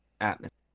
atmosphere